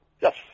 Yes